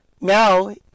now